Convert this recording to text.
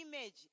image